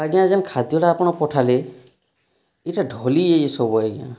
ଆଜ୍ଞା ଜେନ୍ ଖାଦ୍ୟଟା ଆପଣ ପଠାଲେ ଏଇଟା ଢଲି ହେଇଯାଇଛି ସବୁ ଆଜ୍ଞା